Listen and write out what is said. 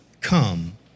come